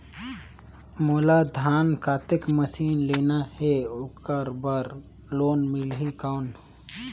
मोला धान कतेक मशीन लेना हे ओकर बार लोन मिलही कौन?